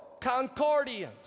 Concordians